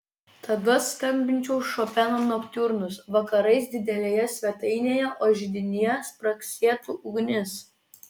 tada skambinčiau šopeno noktiurnus vakarais didelėje svetainėje o židinyje spragsėtų ugnis